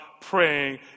praying